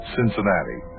Cincinnati